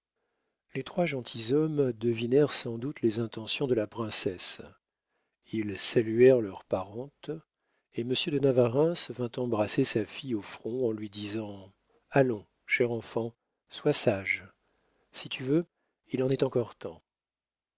les trois gentilshommes devinèrent sans doute les intentions de la princesse ils saluèrent leurs parentes et monsieur de navarreins vint embrasser sa fille au front en lui disant allons chère enfant sois sage si tu veux il en est encore temps